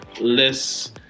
less